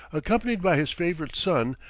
accompanied by his favorite son,